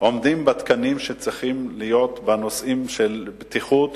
עומדים בתקנים שצריכים להיות בנושאים של בטיחות